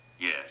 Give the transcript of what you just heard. Yes